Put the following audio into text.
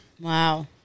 Wow